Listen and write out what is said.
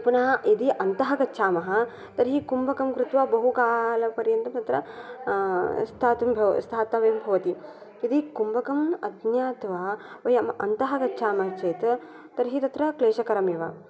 पुनः यदि अन्तः गच्छामः तर्हि कुम्भकं कृत्वा बहुकालपर्यन्तं तत्र स्थातुं स्थातव्यं भवति यदि कुम्भकम् अज्ञात्वा वयम् अन्तः गच्छामः चेत् तर्हि तत्र क्लेशकरम् एव